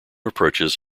approaches